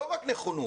לא רק נכונות